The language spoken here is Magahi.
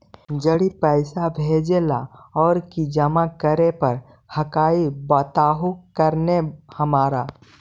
जड़ी पैसा भेजे ला और की जमा करे पर हक्काई बताहु करने हमारा?